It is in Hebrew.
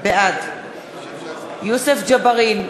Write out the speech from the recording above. בעד יוסף ג'בארין,